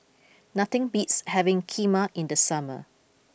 nothing beats having Kheema in the summer